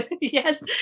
Yes